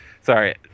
sorry